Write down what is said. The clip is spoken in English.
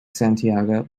santiago